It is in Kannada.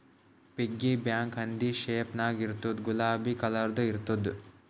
ಪಿಗ್ಗಿ ಬ್ಯಾಂಕ ಹಂದಿ ಶೇಪ್ ನಾಗ್ ಇರ್ತುದ್ ಗುಲಾಬಿ ಕಲರ್ದು ಇರ್ತುದ್